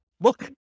look